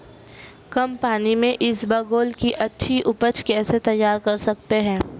कम पानी से इसबगोल की अच्छी ऊपज कैसे तैयार कर सकते हैं?